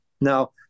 Now